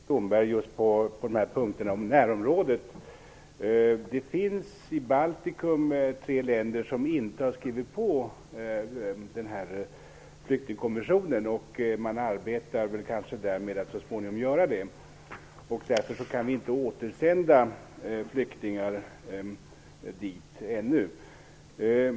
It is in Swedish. Herr talman! Jag skulle vilja ställa en fråga till Leif Blomberg om närområdet. I Baltikum finns det tre länder som inte har skrivit på flyktingkonventionen. Man arbetar väl med att göra det så småningom. Därför kan vi inte återsända flyktingar dit ännu.